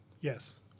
Yes